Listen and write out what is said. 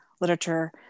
literature